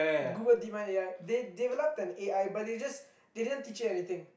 Google DeepMind A_I they developed an A_I but they just they didn't teach you anything